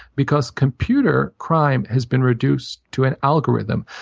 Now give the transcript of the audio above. because computer crime has been reduced to an algorithm.